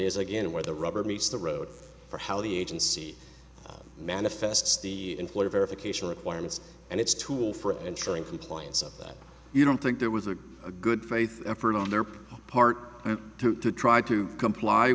is again where the rubber meets the road for how the agency manifests the employer verification requirements and it's tool for ensuring compliance of that you don't think there was a good faith effort on their part to try to comply